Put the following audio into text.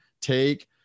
take